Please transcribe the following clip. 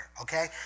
okay